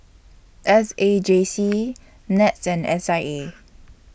S A J C Nets and S I A